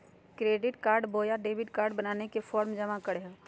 Credit card बोया debit card बनाने ले की की फॉर्म जमा करे होते?